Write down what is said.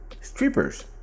strippers